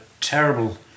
terrible